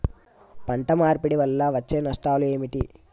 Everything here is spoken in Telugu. పంట మార్పిడి వల్ల వచ్చే నష్టాలు ఏమిటి?